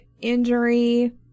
injury